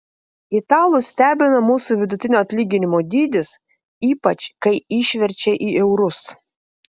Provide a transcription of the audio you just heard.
italus stebina mūsų vidutinio atlyginimo dydis ypač kai išverčia į eurus